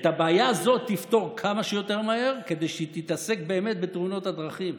את הבעיה הזאת תפתור כמה שיותר מהר כדי שהיא תתעסק באמת בתאונות הדרכים.